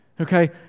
Okay